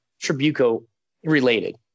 Tribuco-related